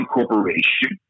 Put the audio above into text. Corporation